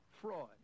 fraud